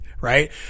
right